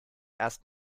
erst